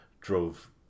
Drove